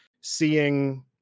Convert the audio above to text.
seeing